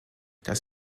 das